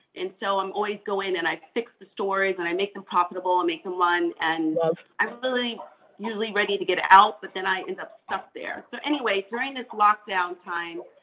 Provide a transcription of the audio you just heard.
and so i'm always going, and i fixed the stories, and i make them profitable, and make them run. love. i'm really usually ready to get out, but then i end up stuck there. so, anyway, during this lockdown time,